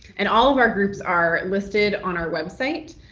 and all of our groups are listed on our website,